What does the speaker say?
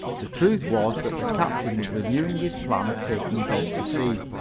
the truth was that the captain was renewing his plan of taking bob to sea.